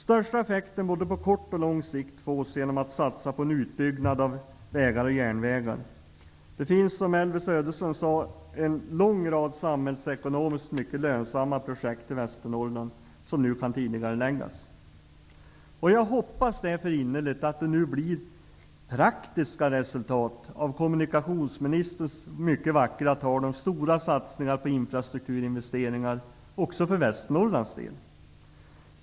Största effekten både på kort och på lång sikt fås genom satsningar på en utbyggnad av vägar och järnvägar. Det finns, som Elvy Söderström sade, en lång rad samhällsekonomiskt mycket lönsamma projekt i Västernorrland som nu kan tidigareläggas. Jag hoppas därför innerligt att det nu blir praktiska resultat av kommunikationsministerns mycket vackra tal om stora satsningar på infrastrukturinvesteringar också för Västernorrlands del.